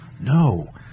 no